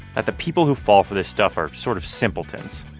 that the people who fall for this stuff are sort of simpletons.